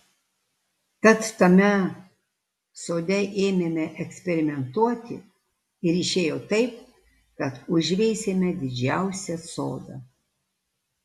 tad tame sode ėmėme eksperimentuoti ir išėjo taip kad užveisėme didžiausią sodą